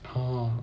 oh